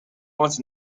once